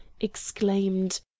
exclaimed